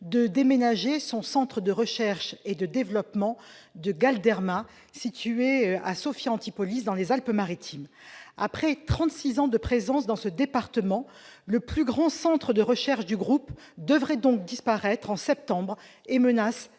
de déménager son centre de recherche et de développement de Galderma, situé à Sophia Antipolis, dans les Alpes-Maritimes. Après trente-six ans de présence dans ce département, le plus grand centre de recherche du groupe devrait disparaître en septembre prochain.